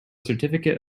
certificate